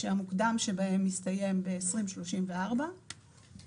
כשהמוקדם ביניהם מסתיים ב-2034 ולכן,